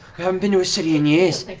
haven't been to a city in years.